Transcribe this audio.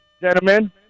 Gentlemen